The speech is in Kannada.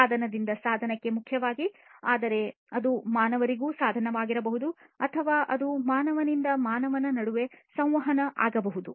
ಸಾಧನದಿಂದ ಸಾಧನಕ್ಕೆ ಮುಖ್ಯವಾಗಿ ಆದರೆ ಇದು ಮಾನವರಿಗೆ ಸಾಧನವಾಗಿರಬಹುದು ಅಥವಾ ಅದು ಮಾನವನಿಂದ ಮಾನವನ ನಡುವೆ ಸಂವಹನ ಆಗಬಹುದು